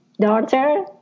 daughter